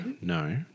No